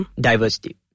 diversity